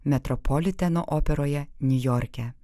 metropoliteno operoje niujorke